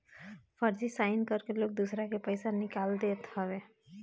फर्जी साइन करके लोग दूसरा के पईसा निकाल लेत हवे